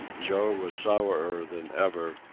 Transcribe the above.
joe was sourer than ever,